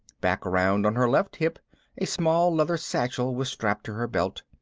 back around on her left hip a small leather satchel was strapped to her belt.